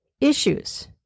issues